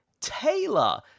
Taylor